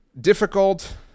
difficult